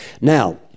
now